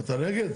אתה נגד?